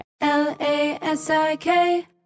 L-A-S-I-K